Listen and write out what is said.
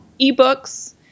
ebooks